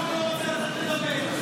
למה הוא לא רוצה לתת לי לדבר,